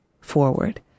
forward